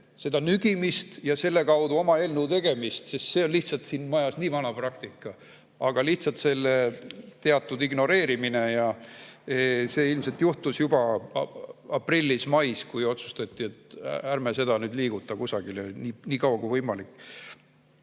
seda nügimist ja selle kaudu oma eelnõu tegemist, sest see on lihtsalt siin majas nii vana praktika. Aga lihtsalt see teatud ignoreerimine ... Ja see ilmselt juhtus juba aprillis-mais, kui otsustati, et ärme seda liigutame kusagile nii kaua kui võimalik. Ehk